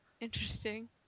interesting